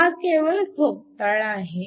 हा केवळ ठोकताळा आहे